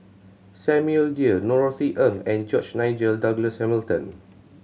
Samuel Dyer Norothy Ng and George Nigel Douglas Hamilton